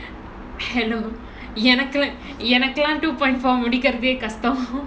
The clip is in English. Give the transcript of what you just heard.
hello எனக்கு:enakku like எனக்குலா:enakulaa two point four முடிக்குறதே கஷ்டோ:mudikurathae kashto